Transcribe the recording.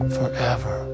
forever